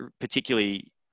particularly